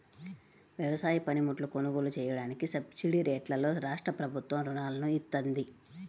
వ్యవసాయ పనిముట్లు కొనుగోలు చెయ్యడానికి సబ్సిడీరేట్లలో రాష్ట్రప్రభుత్వం రుణాలను ఇత్తంది